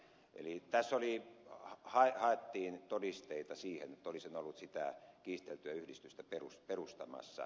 eli tässä haettiin todisteita sille että olisin ollut sitä kiisteltyä yhdistystä perustamassa